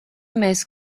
mēs